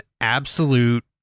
absolute